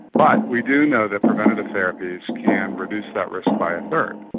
but we do know that preventative therapies can reduce that risk by a third.